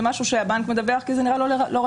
זה משהו שהבנק מדווח כי זה נראה לו לא רגיל,